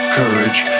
courage